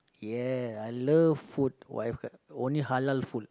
ya I love food wife only Halal food